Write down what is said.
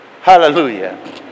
Hallelujah